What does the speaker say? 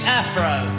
afro